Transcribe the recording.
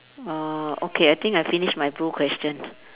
uh okay I think I finished my blue question